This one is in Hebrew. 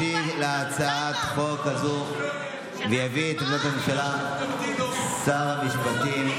ישיב על הצעת חוק זו ויביא את עמדת הממשלה שר המשפטים.